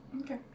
Okay